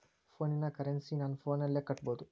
ಫೋನಿನ ಕರೆನ್ಸಿ ನನ್ನ ಫೋನಿನಲ್ಲೇ ಕಟ್ಟಬಹುದು?